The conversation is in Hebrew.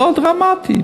לא דרמטית,